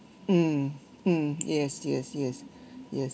mm mm yes yes yes yes